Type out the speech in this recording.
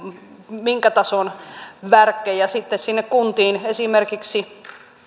minkä tason värkkejä sitten sinne kuntiin esimerkiksi